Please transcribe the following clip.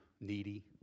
needy